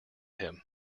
him